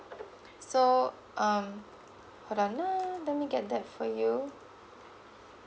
so um hold on ah let me get that for you